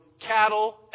cattle